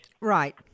Right